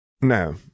No